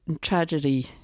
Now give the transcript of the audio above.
tragedy